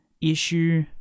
issue